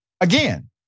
again